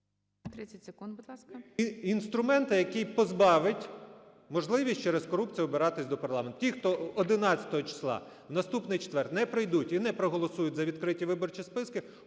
...інструменту, який позбавить можливості через корупцію обиратися до парламенту. Ті, хто 11 числа, в наступний четвер, не прийдуть і не проголосують за відкриті виборчі списки,